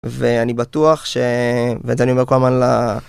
ואני בטוח ש... ותן לי מקום על ה...